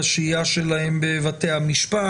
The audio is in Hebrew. בשהייה שלהם בבתי המשפט.